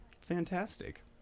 fantastic